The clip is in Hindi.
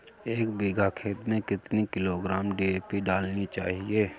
एक बीघा खेत में कितनी किलोग्राम डी.ए.पी डालनी चाहिए?